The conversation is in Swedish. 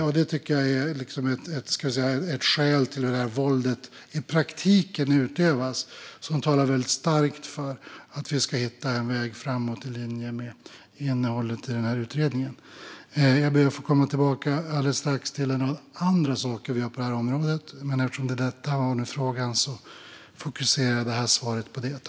Hur det här våldet utövas i praktiken talar starkt för att vi ska hitta en väg framåt som är i linje med innehållet i utredningen. Jag ber att alldeles strax få komma tillbaka till några andra saker på området. Men eftersom detta var frågan fokuserade jag detta svar på det.